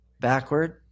Backward